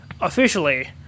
officially